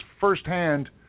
firsthand